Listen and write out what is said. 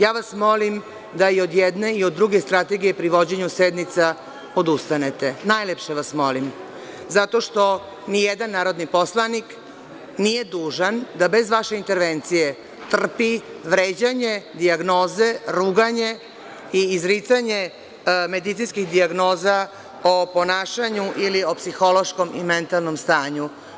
Ja vas molim da i od jedne i od druge strategije pri vođenju sednica odustanete, najlepše vas molim, zato što nijedan narodni poslanik nije dužan da bez vaše intervencije trpi vređanje, dijagnoze, ruganje i izricanje medicinskih dijagnoza o ponašanju ili o psihološkom i mentalnom stanju.